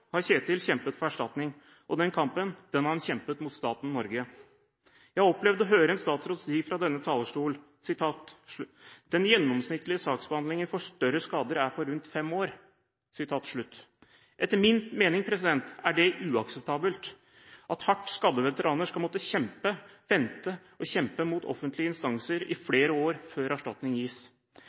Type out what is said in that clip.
har Kjetil kjempet for erstatning, og den kampen har han kjempet mot staten Norge. Jeg har opplevd å høre en statsråd si fra denne talerstolen: «Den gjennomsnittlige saksbehandlingstiden for større skader er på rundt fem år». Etter min mening er det uakseptabelt at hardt skadde veteraner skal måtte vente og kjempe mot offentlige instanser i flere år, før erstatning gis.